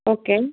okay